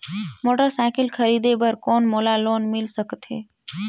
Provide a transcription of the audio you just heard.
Motorcycle खरीदे बर कौन मोला लोन मिल सकथे?